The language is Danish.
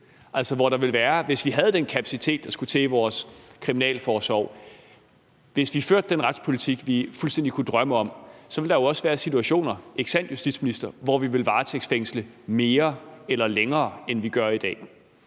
hvis vi havde den kapacitet i vores kriminalforsorg, der skulle til, og hvis vi førte den retspolitik, vi fuldstændig kunne drømme om, ville være situationer, hvor vi ville varetægtsfængsle mere eller længere, end vi gør i dag,